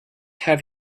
have